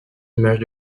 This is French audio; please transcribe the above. images